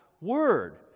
word